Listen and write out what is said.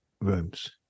rooms